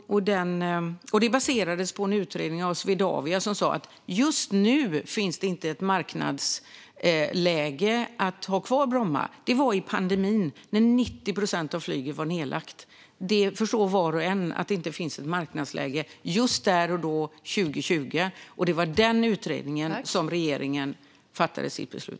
Det baserades på en utredning av Swedavia som sa att det just då inte fanns ett marknadsläge för att ha kvar Bromma. Detta var dock under pandemin, när 90 procent av flyget låg nere. Var och en förstår att det inte fanns ett marknadsläge just där och då, 2020. Det var utifrån denna utredning som regeringen fattade sitt beslut.